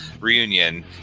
reunion